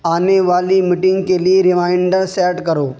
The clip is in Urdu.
آنے والی میٹنگ کے لئے ریمانڈر سیٹ کرو